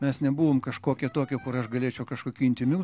mes nebuvom kažkokio tokio kur aš galėčiau kažkokių intymių